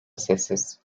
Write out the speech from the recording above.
sessiz